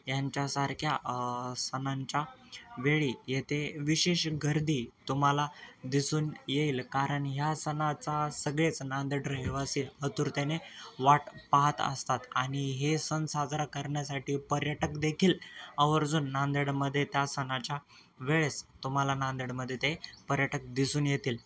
यांच्यासारख्या सणांच्या वेळी येथे विशेष गर्दी तुम्हाला दिसून येईल कारण ह्या सणाचा सगळेच नांदेड रहिवासी आतुरतेने वाट पाहत असतात आणि हे सण साजरा करण्यासाठी पर्यटक देखील आवर्जून नांदेडमध्ये त्या सणाच्या वेळेस तुम्हाला नांदेडमध्ये ते पर्यटक दिसून येतील